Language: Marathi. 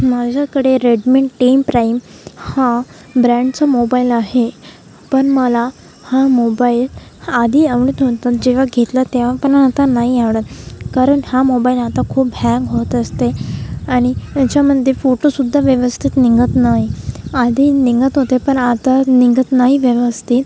माझ्याकडे रेडमीन टेन प्राइम हा ब्रँडचं मोबाइल आहे पण मला हा मोबाइल आधी आवडत होतं जेव्हा घेतला तेव्हा पण आता नाही आवडत कारण हा मोबाइल आता खूप हँग होत असते आणि त्याच्यामध्ये फोटोसुद्धा व्यवस्थित निघत नाही आधी निघत होते पण आता निघत नाही व्यवस्थित